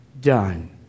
done